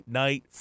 night